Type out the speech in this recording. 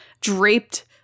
draped